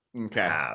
Okay